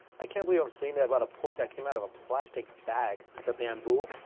i can't believe i'm saying that about a pork that came out of plastic bag. the bamboo